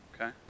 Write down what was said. okay